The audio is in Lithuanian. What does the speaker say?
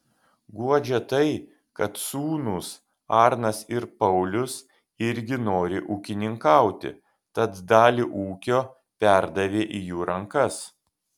guodžia tai kad sūnūs arnas ir paulius irgi nori ūkininkauti tad dalį ūkio perdavė į jų rankas